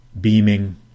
beaming